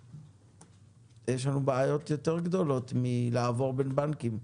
אז יש לנו בעיות יותר גדולות מלעבור בין בנקים.